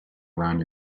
around